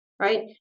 Right